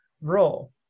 role